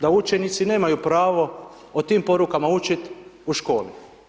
Da učenici nemaju pravo o tim porukama učit u školi.